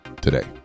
today